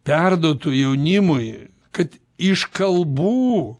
perduotų jaunimui kad iš kalbų